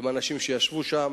עם אנשים שישבו שם,